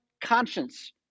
conscience